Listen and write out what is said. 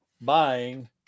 buying